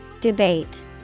Debate